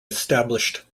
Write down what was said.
established